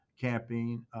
camping